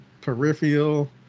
peripheral